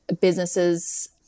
businesses